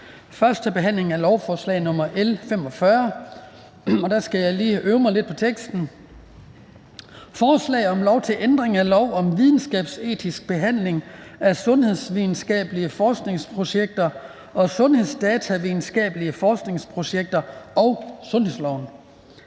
11) 1. behandling af lovforslag nr. L 45: Forslag til lov om ændring af lov om videnskabsetisk behandling af sundhedsvidenskabelige forskningsprojekter og sundhedsdatavidenskabelige forskningsprojekter og sundhedsloven.